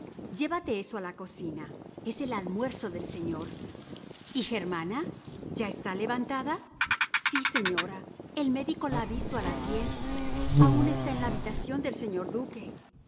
llévate eso a la cocina es el almuerzo del señor y germana ya está levantada sí señora el médico la ha visto a las diez aun está en la habitación del señor duque